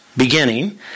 beginning